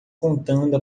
contando